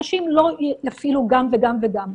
אנשים לא יפעילו גם וגם וגם,